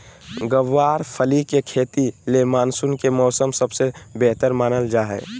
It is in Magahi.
गँवार फली के खेती ले मानसून के मौसम सबसे बेहतर मानल जा हय